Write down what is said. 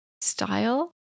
style